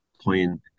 playing